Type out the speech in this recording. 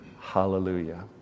hallelujah